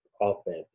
offense